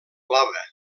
blava